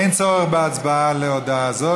אין צורך בהצבעה על ההודעה הזאת.